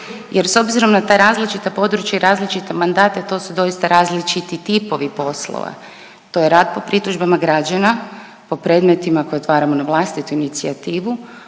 jer s obzirom na ta različita područja i različite mandate to su doista različiti tipovi poslova, to je rad po pritužbama građana, po predmetima koje otvaramo na vlastitu inicijativu